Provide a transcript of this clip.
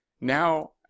Now